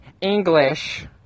english